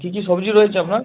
কী কী সবজি রয়েছে আপনার